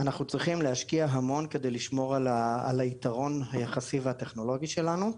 אנחנו צריכים להשקיע המון כדי לשמור על היתרון היחסי והטכנולוגי שלנו,